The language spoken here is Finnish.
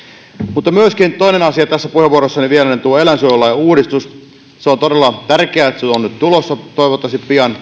mutta myös toinen asia tässä puheenvuorossani vielä on eläinsuojelulain uudistus se on todella tärkeää että se on nyt tulossa toivottavasti pian